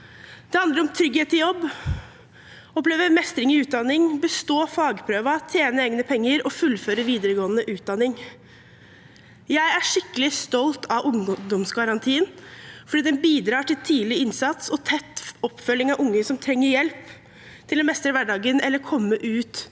Det handler om trygghet i jobb, å oppleve mestring i utdanning, å bestå fagprøven, å tjene egne penger og å fullføre videregående utdanning. Jeg er skikkelig stolt av ungdomsgarantien, fordi den bidrar til tidlig innsats og tett oppfølging av unge som trenger hjelp til å mestre hverdagen, komme ut